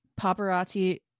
paparazzi